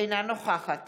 אינה נוכחת